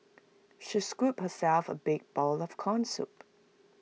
she scooped herself A big bowl of Corn Soup